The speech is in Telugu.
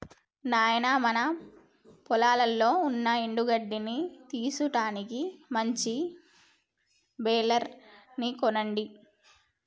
నాయినా మన పొలంలో ఉన్న ఎండు గడ్డిని తీసుటానికి మంచి బెలర్ ని కొనండి